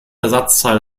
ersatzteil